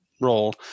role